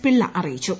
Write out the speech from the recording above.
പിള്ള അറിയിച്ചു